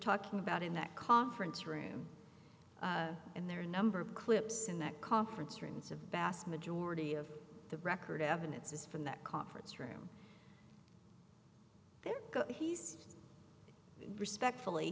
talking about in that conference room and there are a number of clips in that conference room it's a vast majority of the record evidence is from that conference room that he's respectfully